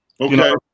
Okay